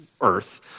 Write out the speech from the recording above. earth